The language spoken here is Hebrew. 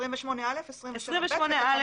אבל הפנית לתקנה 28. תקנה 28א,